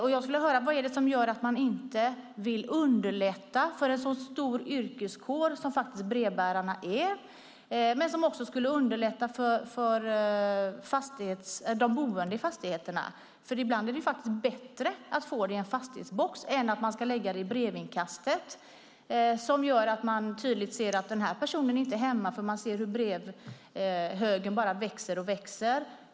Jag skulle vilja höra vad det är som gör att man inte vill underlätta för en så stor yrkeskår som brevbärarna faktiskt är. Det skulle även underlätta för de boende i fastigheterna. Ibland är det nämligen bättre att få posten i en fastighetsbox än att den ska läggas i brevinkastet, vilket gör att det tydligt syns att personen inte är hemma eftersom det syns hur brevhögen bara växer och växer.